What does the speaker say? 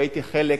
והייתי חלק,